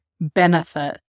benefit